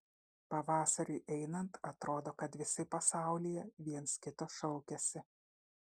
pavasariui einant atrodo kad visi pasaulyje viens kito šaukiasi